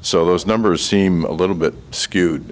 so those numbers seem a little bit skewed